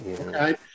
okay